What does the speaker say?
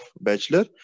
bachelor